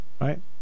Right